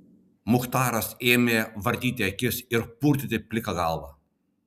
muchtaras ėmė vartyti akis ir purtyti pliką galvą